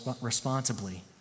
responsibly